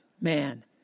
man